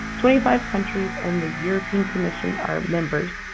twenty-five countries in the european commission are members.